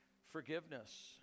forgiveness